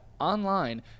online